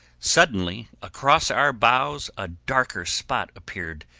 suddenly across our bows a darker spot appeared,